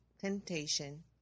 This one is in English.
temptation